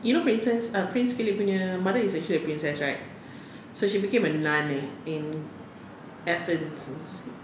you know princess err prince philip punya mother is actually a princess right so she became a nun eh in athens